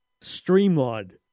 streamlined